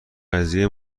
قضیه